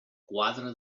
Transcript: quadre